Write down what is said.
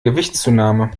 gewichtszunahme